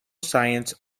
science